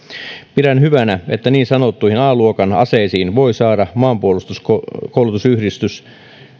pidän hyvänä että niin sanottuihin a luokan aseisiin voivat saada maanpuolustuskoulutusyhdistys